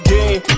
Game